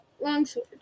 Longsword